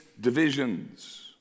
divisions